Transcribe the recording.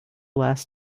last